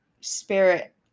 spirit